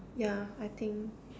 yeah I think